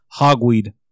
hogweed